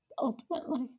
Ultimately